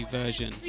version